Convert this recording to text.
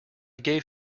gave